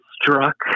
struck